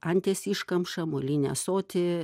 anties iškamšą molinį ąsotį